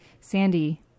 sandy